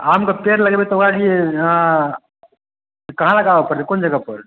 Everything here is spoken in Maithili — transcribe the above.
आम कऽ पेड़ लगेबै तऽ आइए अऽ कहाँ लगाबऽ पड़तै कोन जगह पर